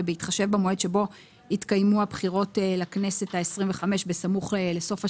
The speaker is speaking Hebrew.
ובהתחשב במועד שבו התקיימו הבחירות לכנסת ה-25 בסמוך לסוף השנה,